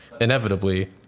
inevitably